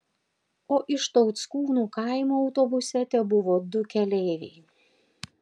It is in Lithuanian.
o iš tauckūnų kaimo autobuse tebuvo du keleiviai